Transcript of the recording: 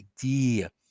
idea